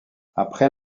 après